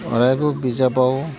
अरायबो बिजाबाव